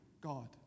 God